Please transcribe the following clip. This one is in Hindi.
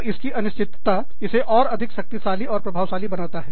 और इसकी अनिश्चितता इसे और अधिक शक्तिशाली और प्रभावशाली बनाता है